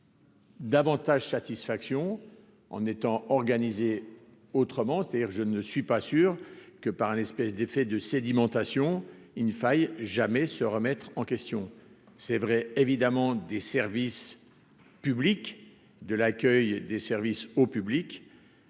peut donner. Davantage satisfaction en étant organisé autrement, c'est-à-dire je ne suis pas sûr que par un espèce d'effet de sédimentation il ne faille jamais se remettre en question, c'est vrai, évidemment, des services publics de l'accueil des services au public